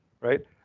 right